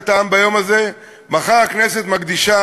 מוצאת את הזמן והמקום לדון בדבר הכל-כך רגיש הזה.